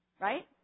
right